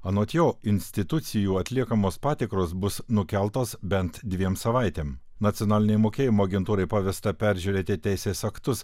anot jo institucijų atliekamos patikros bus nukeltos bent dviem savaitėm nacionalinei mokėjimo agentūrai pavesta peržiūrėti teisės aktus